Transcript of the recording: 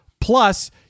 Plus